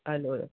हलो